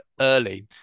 early